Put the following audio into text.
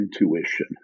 intuition